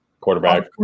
quarterback